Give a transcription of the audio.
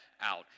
out